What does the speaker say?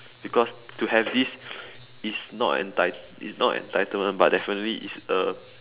because to have this is not enti~ is not entitled but definitely is a